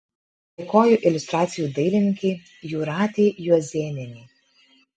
dėkoju iliustracijų dailininkei jūratei juozėnienei